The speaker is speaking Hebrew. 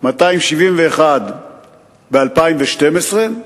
271 ב-2012,